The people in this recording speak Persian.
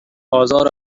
آزار